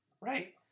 right